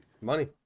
money